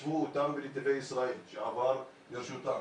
ישבו ודנו בנתיבי ישראל כשהוא עבר לרשותם.